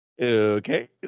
okay